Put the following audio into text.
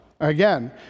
Again